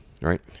right